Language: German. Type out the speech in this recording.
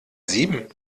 sieben